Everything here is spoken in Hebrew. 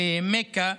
למכה,